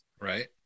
right